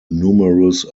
numerous